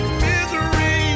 misery